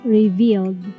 revealed